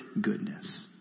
goodness